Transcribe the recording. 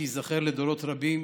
שייזכר לדורות רבים